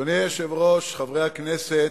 אדוני היושב-ראש, חברי הכנסת,